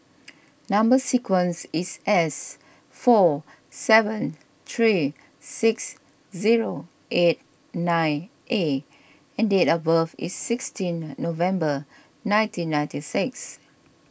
Number Sequence is S four seven three six zero eight nine A and date of birth is sixteenth November nineteen ninety six